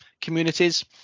communities